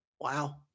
Wow